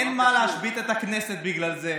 אין מה להשבית את הכנסת בגלל זה.